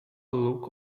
look